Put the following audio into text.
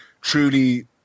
truly